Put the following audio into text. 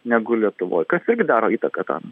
negu lietuvoj kas irgi daro įtaką tam